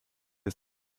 ist